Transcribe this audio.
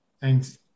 Thanks